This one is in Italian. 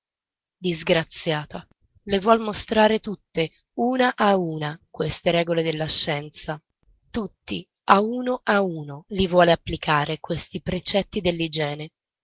disgraziata le vuol mostrare tutte a una a una queste regole della scienza tutti a uno a uno li vuole applicare questi precetti